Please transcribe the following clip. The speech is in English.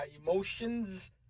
emotions